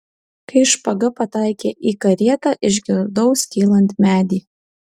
kai špaga pataikė į karietą išgirdau skylant medį